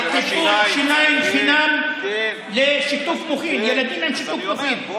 טיפול שיניים חינם לילדים עם שיתוק מוחין.